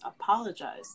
apologize